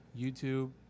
YouTube